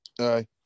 Aye